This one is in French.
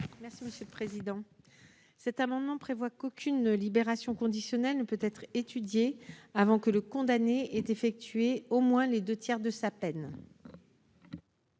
Mme Pascale Gruny. Cet amendement a pour objet qu'aucune libération conditionnelle ne puisse être étudiée avant que le condamné ait effectué au moins les deux tiers de sa peine.